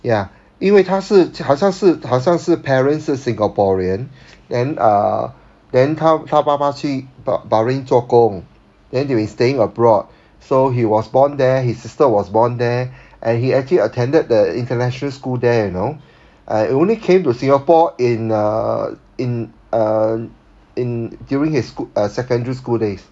ya 因为他是好像是好像是 parents 是 singaporean then ah then 他他爸爸去 bah~ bahrain 做工 then they were staying abroad so he was born there his sister was born there and he actually attended the international school there you know uh only came to singapore in err in err in during his school uh secondary school days